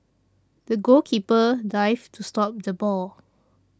the goalkeeper dived to stop the ball